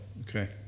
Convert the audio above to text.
Okay